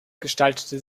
gestaltete